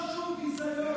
שר שהוא ביזיון.